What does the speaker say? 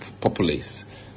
populace